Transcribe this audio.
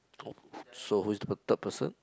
oh so who is the third person